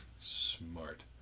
smart